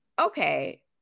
okay